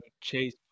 chase